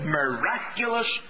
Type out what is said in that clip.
miraculous